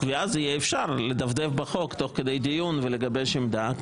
ואז יהיה אפשר לדפדף בחוק תוך כדי דיון ולגבש עמדה,